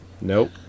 Nope